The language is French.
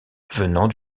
venant